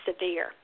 severe